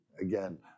again